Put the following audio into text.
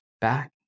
back